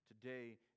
Today